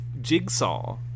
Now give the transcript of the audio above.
Jigsaw